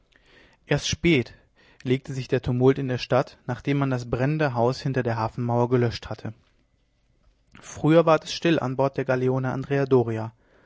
erst spät legte sich der tumult in der stadt nachdem man das brennende haus hinter der hafenmauer gelöscht hatte früher ward es still an bord der